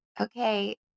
okay